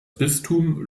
bistum